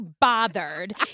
bothered